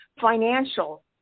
financial